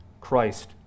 Christ